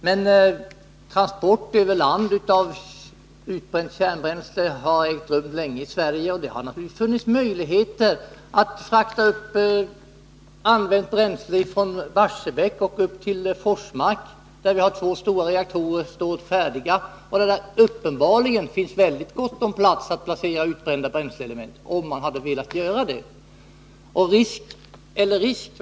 Men transport över land av utbränt kärnbränsle har ägt rum länge i Sverige, och det har naturligtvis funnits möjligheter att frakta använt bränsle från Barsebäck upp till Forsmark, där vi har två stora reaktorer stående färdiga och där det uppenbarligen finns mycket gott om plats att placera utbrända bränsleelement, om man hade velat göra det. Eller man kanske skall tala om risker i stället.